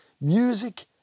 music